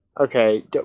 Okay